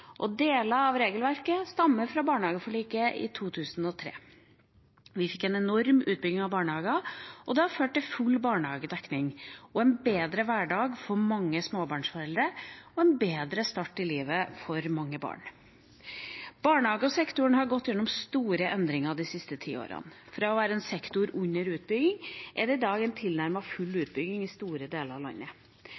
og deler av regelverket stammer fra barnehageforliket i 2003. Vi fikk en enorm utbygging av barnehager, og det har ført til full barnehagedekning, en bedre hverdag for mange småbarnsforeldre og en bedre start i livet for mange barn. Barnehagesektoren har gått gjennom store endringer de siste ti årene. Fra å være en sektor under utbygging er det i dag